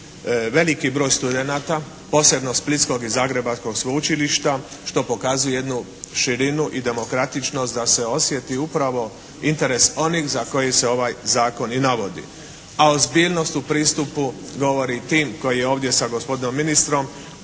veliki broj studenata, posebno splitskog i zagrebačkog sveučilišta što pokazuje jednu širinu i demokratičnost da se osjeti upravo interes onih za koje se ovaj zakon i navodi, a ozbiljnost u pristupu govori tim koji je ovdje sa gospodinom ministrom,